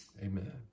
Amen